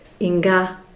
inga